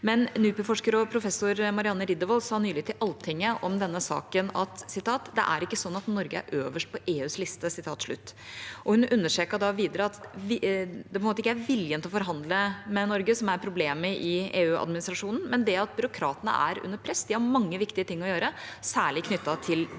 er. NUPI-forsker og professor Marianne Riddervold sa nylig til Altinget om denne saken at det ikke er sånn at Norge er øverst på EUs liste. Hun understreket videre at det ikke er viljen til å forhandle med Norge som er problemet i EU-administrasjonen, men at byråkratene er under press. De har mange viktige ting å gjøre, særlig knyttet til